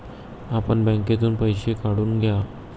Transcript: आपण बँकेतून पैसे काढून घ्या